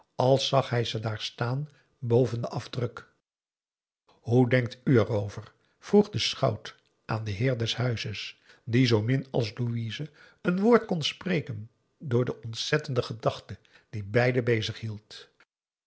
als zag hij ze daar staan boven den afdruk hoe denkt u er over vroeg de schout aan den heer des huizes die zoomin als louise een woord kon spreken door de ontzettende gedachte die beiden